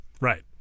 Right